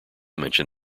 mention